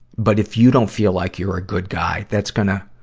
but if you don't feel like you're a good guy, that's gonna,